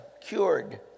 cured